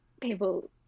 people